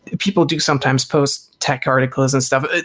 people do sometimes post tech articles and stuff.